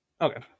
Okay